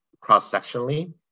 cross-sectionally